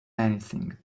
anything